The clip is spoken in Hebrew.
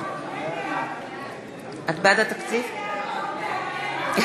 נגד אורי מקלב, בעד יעקב מרגי, בעד אראל מרגלית,